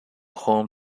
home